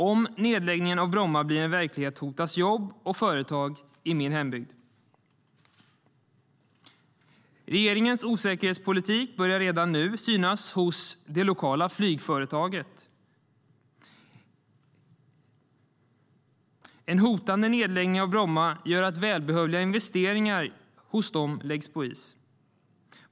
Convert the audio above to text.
Om nedläggningen av Bromma blir verklighet hotas jobb och företag i min hembygd. Regeringens osäkerhetspolitik börjar redan nu synas hos det lokala flygföretaget. En hotande nedläggning av Bromma gör att välbehövliga investeringar hos dem läggs på is.